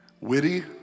witty